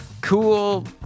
cool